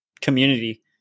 community